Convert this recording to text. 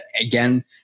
again